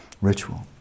ritual